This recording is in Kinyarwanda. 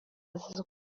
bazaza